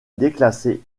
déclassée